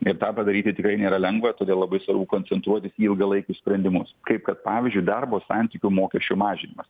ir tą padaryti tikrai nėra lengva todėl labai svarbu koncentruotis į ilgalaikius sprendimus kaip kad pavyzdžiui darbo santykių mokesčių mažinimas